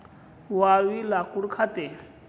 वाळवी लाकूड खाते